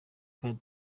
kandi